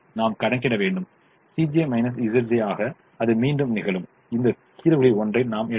நாம் கணக்கிட வேண்டும் ஆக அது மீண்டும் நிகழும் இந்த தீர்வுகளில் ஒன்றை நாம் எடுக்கலாம்